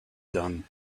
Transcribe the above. done